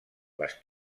les